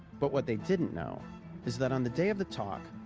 but what they didn't know is that on the day of the talk,